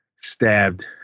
stabbed